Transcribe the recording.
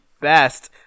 best